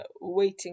waiting